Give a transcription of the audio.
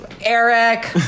Eric